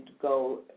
go